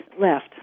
left